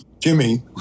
Jimmy